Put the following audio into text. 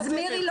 אז מירי,